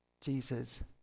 Jesus